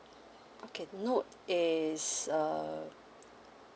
okay note is uh